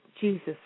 Jesus